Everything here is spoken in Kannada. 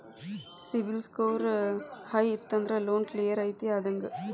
ಸಿಬಿಲ್ ಸ್ಕೋರ್ ಹೈ ಇತ್ತಂದ್ರ ಲೋನ್ ಕ್ಲಿಯರ್ ಐತಿ ಅಂದಂಗ